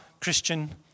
Christian